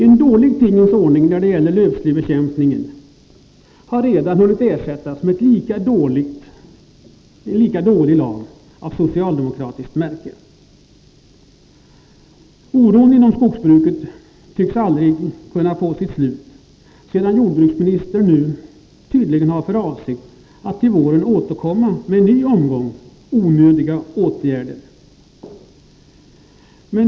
En dålig tingens ordning när det gäller lövslybekämpningen har redan hunnit ersättas med en lika dålig lag av socialdemokratiskt märke. Oron inom skogsbruket tycks aldrig kunna få ett slut, då jordbruksministern tydligen har för avsikt att till våren återkomma med en ny omgång onödiga åtgärder.